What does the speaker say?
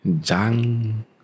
Jang